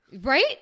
right